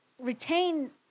retain